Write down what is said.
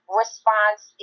response